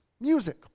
music